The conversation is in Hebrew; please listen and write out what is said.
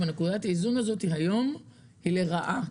שנקודת האיזון הזאת היום היא לרעה.